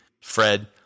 Fred